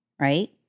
Right